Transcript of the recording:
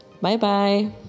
Bye-bye